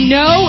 no